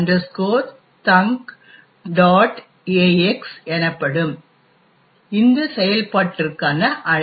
ax எனப்படும் இந்த செயல்பாட்டிற்கான அழைப்பு